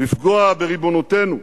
לפגוע בריבונותנו.